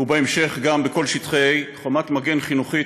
ובהמשך גם בכל שטחי A. חומת מגן חינוכית,